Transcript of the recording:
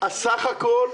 הסך הכול,